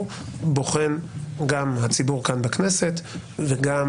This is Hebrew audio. בוחנים גם נבחרי הציבור כאן בכנסת וגם